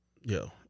yo